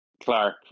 Clark